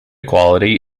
quality